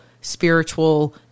spiritual